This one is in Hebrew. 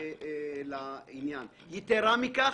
יתרה מכך,